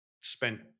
spent